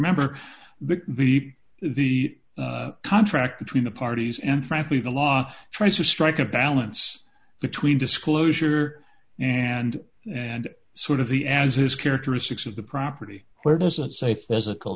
member the the contract between the parties and frankly the law tries to strike a balance between disclosure and and sort of the as his characteristics of the property where does it say